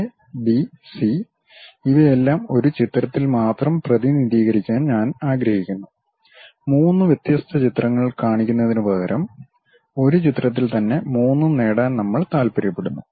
A B C ഇവയെല്ലാം ഒരു ചിത്രത്തിൽ മാത്രം പ്രതിനിധീകരിക്കാൻ ഞാൻ ആഗ്രഹിക്കുന്നു മൂന്ന് വ്യത്യസ്ത ചിത്രങ്ങൾ കാണിക്കുന്നതിനുപകരം ഒരു ചിത്രത്തിൽ തന്നെ മൂന്നും നേടാൻ നമ്മൾ താൽപ്പര്യപ്പെടുന്നു